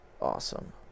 awesome